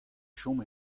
chom